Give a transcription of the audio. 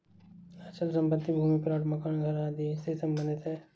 अचल संपत्ति भूमि प्लाट मकान घर आदि से सम्बंधित है